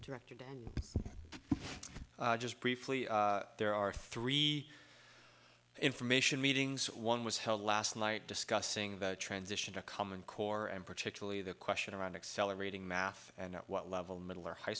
director dan just briefly there are three information meetings one was held last night discussing the transition to common core and particularly the question around accelerating math and at what level middle or high